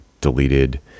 deleted